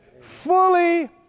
fully